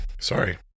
sorry